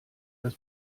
das